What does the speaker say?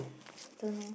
don't know